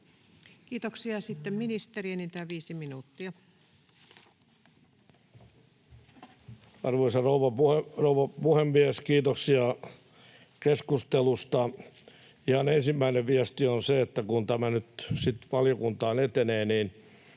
Kiitoksia. — Ja sitten ministeri, enintään viisi minuuttia. Arvoisa rouva puhemies! Kiitoksia keskustelusta. Ihan ensimmäinen viesti on se, että kun tämä nyt sitten valiokuntaan etenee, niin